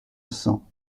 cents